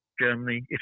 Germany